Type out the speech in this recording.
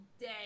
day